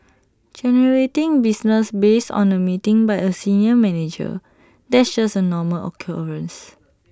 generating business based on A meeting by A senior manager that's just A normal occurrence